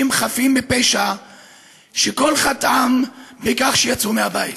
חפים מפשע שכל חטאם בכך שיצאו מהבית.